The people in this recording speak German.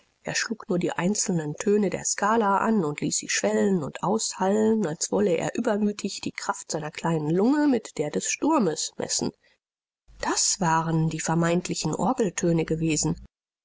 er schlug nur die einzelnen töne der skala an und ließ sie schwellen und aushallen als wolle er übermütig die kraft seiner kleinen lunge mit der des sturmes messen das waren die vermeintlichen orgeltöne gewesen